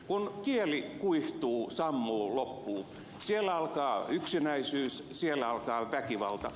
kun kieli kuihtuu sammuu loppuu siellä alkaa yksinäisyys siellä alkaa väkivalta